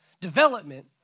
development